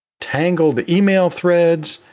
tangled email threads,